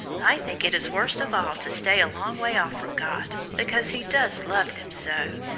i think it is worst of all to stay a long way off from god, because he does love them so.